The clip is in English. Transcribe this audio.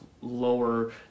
lower